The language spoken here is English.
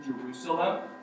Jerusalem